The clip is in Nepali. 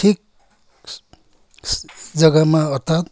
ठिक इस जग्गामा अर्थात्